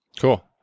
cool